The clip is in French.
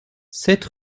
sept